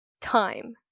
time